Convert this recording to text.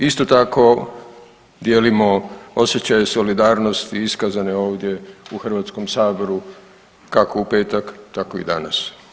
Isto tako dijelimo osjećaje solidarnosti iskazane ovdje u Hrvatskom saboru kako u petak tako i danas.